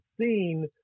seen